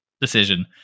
decision